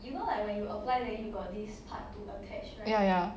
ya ya